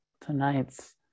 tonight's